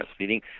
breastfeeding